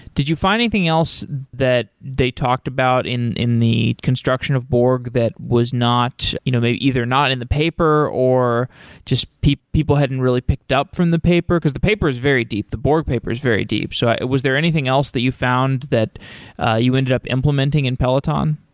did you find anything else that they talked about in in the construction of borg that was you know either not in the paper or just people people hadn't really picked up from the paper? because the paper is very deep. the borg paper is very deep. so was there anything else that you found that ah you ended up implementing in peloton?